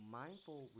mindful